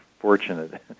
Fortunate